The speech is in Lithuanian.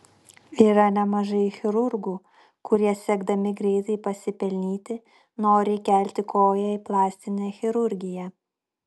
yra nemažai chirurgų kurie siekdami greitai pasipelnyti nori įkelti koją į plastinę chirurgiją